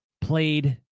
played